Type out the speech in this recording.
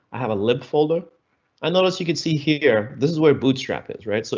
i have a lib folder i notice you can see here. this is where bootstrap is, right? so